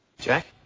Jack